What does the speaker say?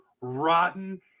rotten